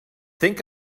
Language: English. think